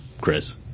Chris